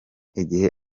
igihe